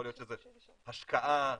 יכול להיות שזו השקעה,